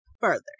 further